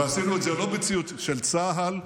ועשינו את זה, של צה"ל.